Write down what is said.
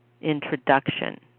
introduction